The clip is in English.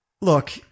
look